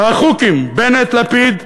האחוכים בנט-לפיד,